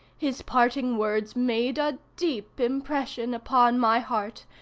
his parting words made a deep impression upon my heart,